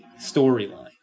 storyline